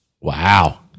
Wow